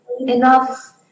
enough